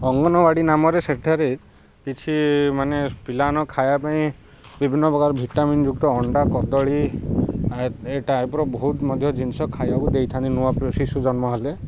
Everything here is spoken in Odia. ଅଙ୍ଗନବାଡ଼ି ନାମରେ ସେଠାରେ କିଛି ମାନେ ପିଲାମାନେ ଖାଇବା ପାଇଁ ବିଭିନ୍ନ ପ୍ରକାର ଭିଟାମିିନ ଯୁକ୍ତ ଅଣ୍ଡା କଦଳୀ ଏ ଟାଇପ୍ର ବହୁତ ମଧ୍ୟ ଜିନିଷ ଖାଇବାକୁ ଦେଇଥାନ୍ତି ନୂଆ ଶିଶୁ ଜନ୍ମ ହେଲେ